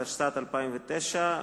התשס"ט 2009,